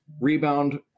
Rebound